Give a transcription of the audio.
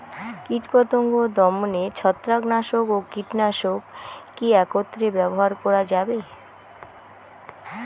কীটপতঙ্গ দমনে ছত্রাকনাশক ও কীটনাশক কী একত্রে ব্যবহার করা যাবে?